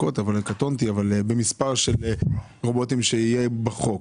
לגבי מספר הרובוטים שיהיה בחוק.